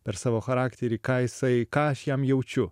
per savo charakterį ką jisai ką aš jam jaučiu